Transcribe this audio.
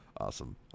Awesome